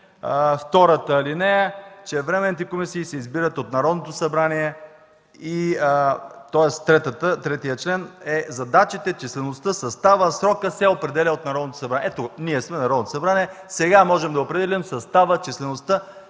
34, ал. 2, че временните комисии се избират от Народното събрание. Алинея 3 е: задачите, числеността, съставът, срокът се определят от Народното събрание. Ето, ние сме Народното събрание. Сега можем да определим състава, числеността